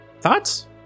Thoughts